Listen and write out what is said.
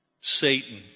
Satan